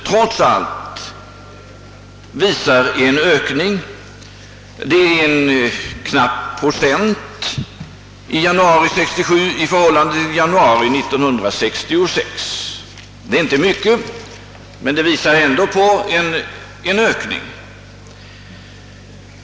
Ökningen i januari 1967 är en knapp procent i förhållande till januari 1966. Det är inte mycket, men det är ändå en ökning.